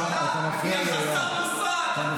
אתה תגיד לי מי זה יואב.